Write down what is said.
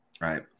right